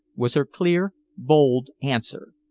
was her clear, bold answer.